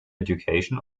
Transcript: education